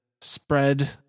spread